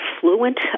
fluent